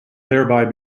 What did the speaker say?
thereby